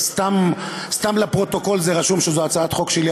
סתם לפרוטוקול רשום שזאת הצעת חוק שלי,